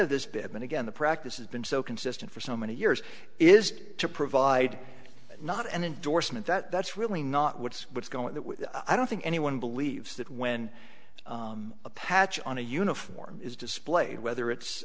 of this bit and again the practice has been so consistent for so many years is to provide not an endorsement that that's really not what's what's going to i don't think anyone believes that when a patch on a uniform is displayed whether it's